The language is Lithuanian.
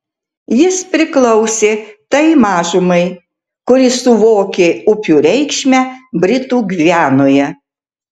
jis priklausė tai mažumai kuri suvokė upių reikšmę britų gvianoje